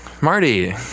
Marty